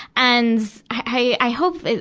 and, i, i, i hope,